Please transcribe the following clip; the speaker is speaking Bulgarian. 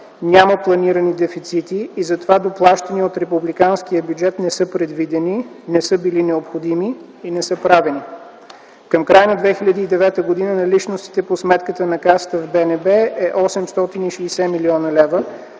Няма планирани дефицити и затова доплащания от републиканския бюджет не са предвидени, не са били необходими и не са правени. Към края на 2009 г. наличностите по сметката на Касата в БНБ са 860 млн. лв.,